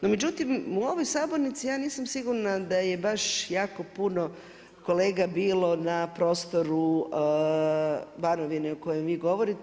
No međutim u ovoj sabornici ja nisam sigurna da je baš jako puno kolega bilo na prostoru Banovine o kojem vi govorite.